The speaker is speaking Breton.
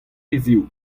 hiziv